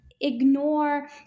ignore